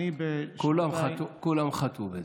כולם חטאו בזה.